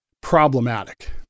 problematic